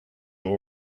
all